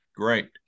Great